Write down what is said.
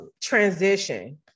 transition